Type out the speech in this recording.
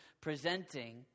presenting